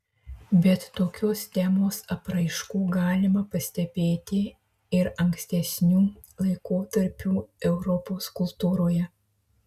bet tokios temos apraiškų galima pastebėti ir ankstesnių laikotarpių europos kultūroje